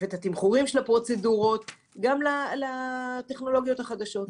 ואת התמחור של הפרוצדורות גם לטכנולוגיות החדשות.